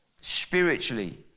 spiritually